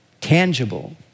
tangible